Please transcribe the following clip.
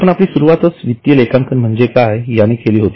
आपण आपली सुरुवातच वित्तीय लेखनकं म्हणजे काय याने केली होती